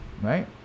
right